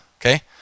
okay